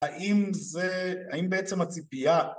‫האם זה... האם בעצם הציפייה...